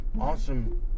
awesome